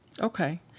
Okay